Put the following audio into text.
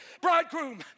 Bridegroom